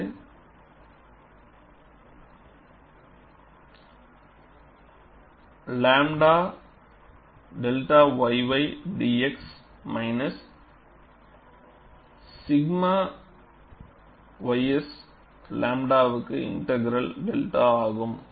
இது 𝝺 𝛔 yy dx 𝛔 ys 𝝺வுக்கு integral 𝚫 ஆகும்